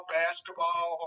basketball